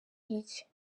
iki